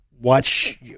watch